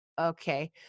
okay